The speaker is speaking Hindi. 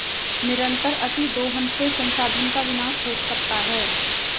निरंतर अतिदोहन से संसाधन का विनाश हो सकता है